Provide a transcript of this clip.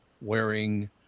wearing